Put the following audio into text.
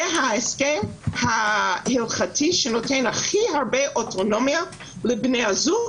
זה ההסכם ההלכתי שנותן הכי הרבה אוטונומיה לבני הזוג,